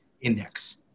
index